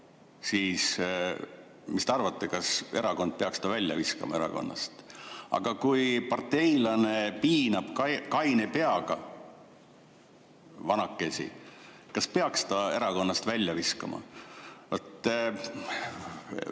siis mis te arvate, kas erakond peaks ta välja viskama erakonnast? Aga kui parteilane piinab kaine peaga vanakesi, kas siis peaks ta erakonnast välja viskama?